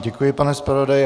Děkuji vám, pane zpravodaji.